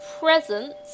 presents